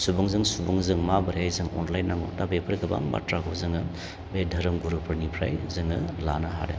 सुबुंजों सुबुं जों माबोरै जों अनलायनांगौ दा बेफोर गोबां बाथ्राखौ जोङो बे धोरोम गुरुफोरनिफ्राय जोङो लानो हादों